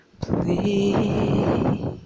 Please